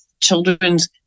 children's